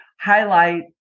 highlight